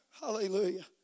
Hallelujah